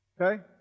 okay